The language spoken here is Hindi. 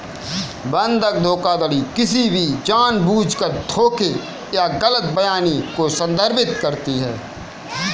बंधक धोखाधड़ी किसी भी जानबूझकर धोखे या गलत बयानी को संदर्भित करती है